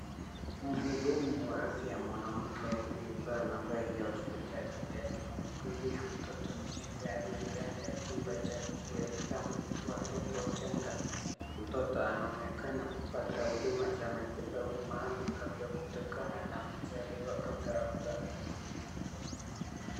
Mhudumu wa afya mwanamke aliye vaa mavazi ya hospitalini aki mhudumia mtoto mchanga aliye ndani ya chumba cha kuweka watoto wachanga. Mtoto anaonekana kupata huduma za matibabu maalum labda kutokana na kuzaliwa kabla ya muda.